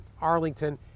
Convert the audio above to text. Arlington